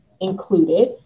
included